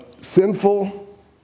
sinful